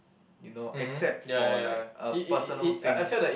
you know except for like a personal thing